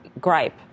gripe